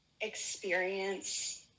experience